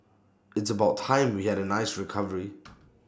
it's about time we had A nice recovery